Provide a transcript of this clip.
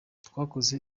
twakoze